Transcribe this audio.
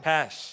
Pass